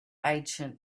ancient